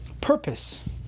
purpose